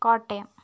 Kottayam